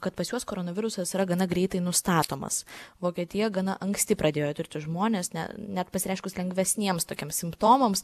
kad pas juos koronavirusas yra gana greitai nustatomas vokietija gana anksti pradėjo tirti žmones ne net pasireiškus lengvesniems tokiems simptomams